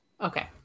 okay